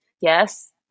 Yes